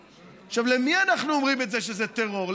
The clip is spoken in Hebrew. עכשיו, למי אנחנו אומרים את זה שזה טרור?